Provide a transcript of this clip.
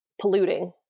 polluting